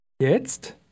Jetzt